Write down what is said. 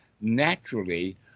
naturally